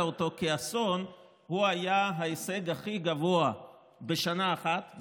אותו כאסון היה ההישג הכי גבוה בשנה אחת,